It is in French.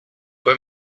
pas